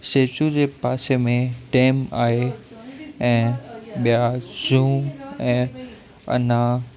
statue जे पासे में टेम आहे ऐं ॿिया सूं ऐं अञा